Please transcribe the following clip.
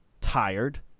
tired